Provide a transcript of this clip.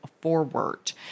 forward